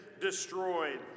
destroyed